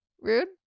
rude